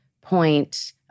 point